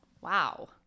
Wow